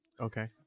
Okay